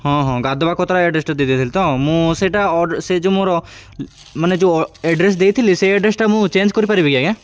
ହଁ ହଁ ଗାଧୁବାକତରା ଆଡ଼୍ରେସ୍ଟା ଦେଇ ଦେଇଥିଲି ତ ମୁଁ ସେଟା ଅର୍ଡ଼ର ସେ ଯେଉଁ ମୋର ମାନେ ଯେଉଁ ଆଡ଼୍ରେସ୍ ଦେଇଥିଲି ସେ ଆଡ଼୍ରେସ୍ଟା ମୁଁ ଚେଞ୍ଜ କରିପାରିବି କି ଆଜ୍ଞା